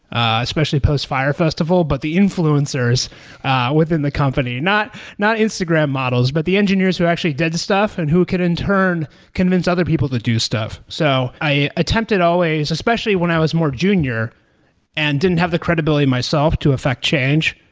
especially post-fire festival, but the influencers within the company. not not instagram models, but the engineers who actually did stuff and who could in turn convince other people to do stuff. so i attempted always, especially when i was more junior and didn't have the credibility myself to affect change,